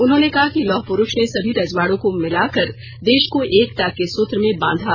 उन्होंने कहा कि लौह पुरूष ने सभी रजवाड़ों को मिलाकर देश को एकता के सूत्र में बांधा